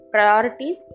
Priorities